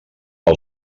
per